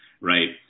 right